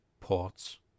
ports